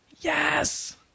Yes